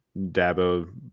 Dabo